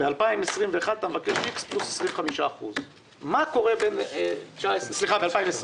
ב-2020 אתם מבקשים X פלוס 25%. מה קורה בין 2019 ל-2020?